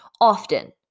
often